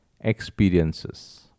experiences